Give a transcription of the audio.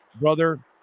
brother